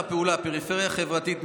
שטח הפעולה: פריפריה החברתית,